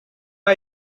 are